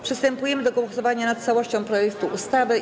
Przystępujemy do głosowania nad całością projektu ustawy.